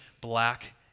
black